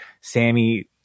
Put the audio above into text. sammy